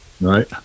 right